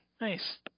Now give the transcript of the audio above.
Nice